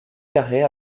carrée